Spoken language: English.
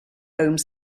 home